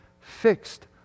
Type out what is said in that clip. fixed